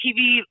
TV